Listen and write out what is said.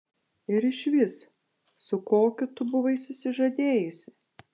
ir išvis su kokiu tu buvai susižadėjusi